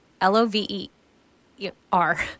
L-O-V-E-R